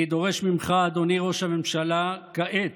אני דורש ממך, אדוני ראש הממשלה, כעת: